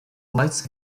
lights